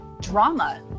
Drama